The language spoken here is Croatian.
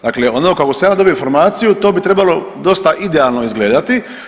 Dakle, ono kako sam ja dobio informaciju to bi trebalo dosta idealno izgledati.